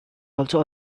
also